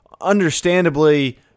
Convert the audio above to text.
Understandably